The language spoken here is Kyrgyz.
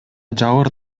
жабыр